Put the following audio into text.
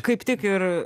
kaip tik ir